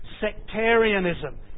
sectarianism